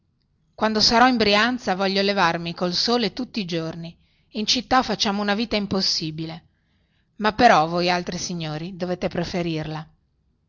quando sarò in brianza voglio levarmi col sole tutti i giorni in città facciamo una vita impossibile ma però voi altri signori dovete preferirla